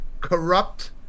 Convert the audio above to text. corrupt